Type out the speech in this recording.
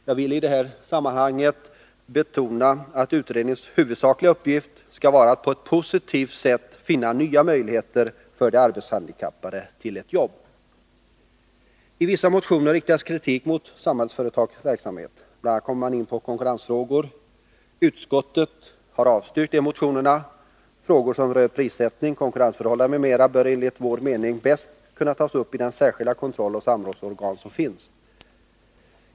Jag vill i det här sammanhanget betona att utredningens huvudsakliga uppgift skall vara att på ett positivt sätt finna nya möjligheter för de arbetshandikappade att få ett jobb. I vissa motioner riktas kritik mot Samhällsföretags verksamhet. Bl. a. kommer man in på konkurrensfrågor. Utskottet har avstyrkt de motionerna. Frågor som rör prissättning, konkurrensförhållanden m.m. bör enligt vår mening bäst kunna tas upp i det särskilda kontrolloch samrådsorgan som finns.